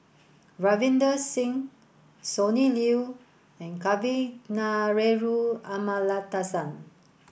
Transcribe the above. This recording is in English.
Ravinder Singh Sonny Liew and Kavignareru Amallathasan